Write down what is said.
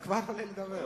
אתה כבר עולה לדבר.